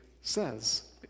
says